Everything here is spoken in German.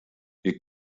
wir